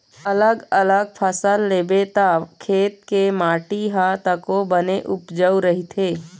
अलग अलग फसल लेबे त खेत के माटी ह तको बने उपजऊ रहिथे